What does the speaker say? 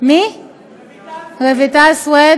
חברת הכנסת סויד